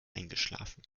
eingeschlafen